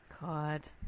god